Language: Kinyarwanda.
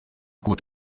kubaka